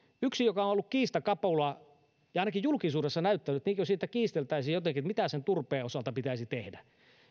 yksi asia joka on ollut kiistakapula tai ainakin julkisuudessa on näyttänyt sitä kuin siitä kiisteltäisiin jotenkin on se mitä sen turpeen osalta pitäisi tehdä